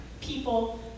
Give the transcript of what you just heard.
people